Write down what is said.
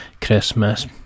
Christmas